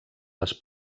les